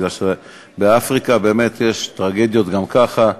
כי באפריקה באמת יש טרגדיות גם ככה,